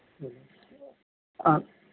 ਚਲੋ